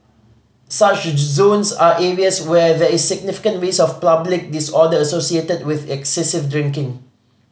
such zones are areas where there is significant risk of public disorder associated with excessive drinking